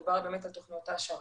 מדובר באמת על תוכניות העשרה.